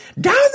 down